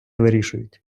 вирішують